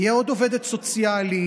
תהיה עוד עובדת סוציאלית,